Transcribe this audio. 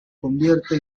convierte